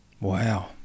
Wow